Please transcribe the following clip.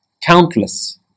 countless